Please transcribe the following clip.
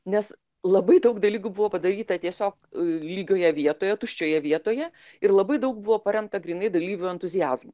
nes labai daug dalykų buvo padaryta tiesiog lygioje vietoje tuščioje vietoje ir labai daug buvo paremta grynai dalyvių entuziazmu